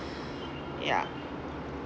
yeah